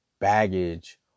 baggage